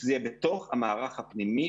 שזה יהיה בתוך המערך הפנימי,